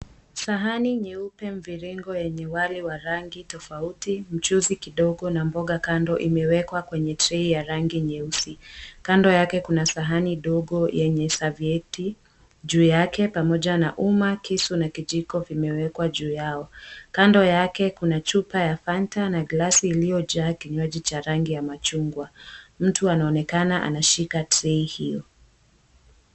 Sahani nyeupe mviringo, yenye wali wa rangi tofauti, mchuzi kidogo, na mboga kando, imewekwa kwenye trei ya rangi nyeusi. Kando yake kuna sahani dogo yenye savieti juu yake, pamoja na uma, kisu, na kijiko vimewekwa juu yao. Kando yake kuna chupa ya Fanta, na glasi iliyojaa kinywaji cha rangi ya machungwa. Mtu anaonekana anashika sahihi hiyo.